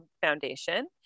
Foundation